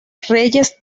reyes